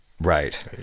right